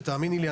ותאמיני לי,